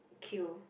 kill